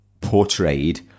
portrayed